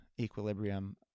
equilibrium